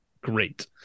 Great